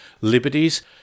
Liberties